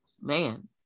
Man